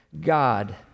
God